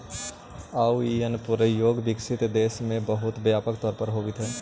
आउ इ अनुप्रयोग विकसित देश में बहुत व्यापक तौर पर होवित हइ